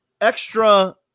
Extra